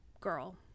girl